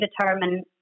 determine